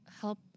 help